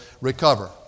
recover